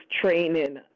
training